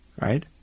Right